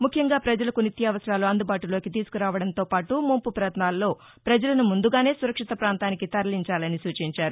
ముఖ్యంగా ప్రజలకు నిత్యావసరాలు అందుబాటులోకి తీసుకురావడంతో పాటు ముంపు ప్రాంతాల్లో పజలను ముందుగానే సురక్షిత ప్రాంతానికి తరలించాలని సూచించారు